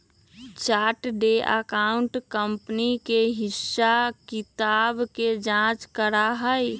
chartered accountant company के हिसाब किताब के जाँच करा हई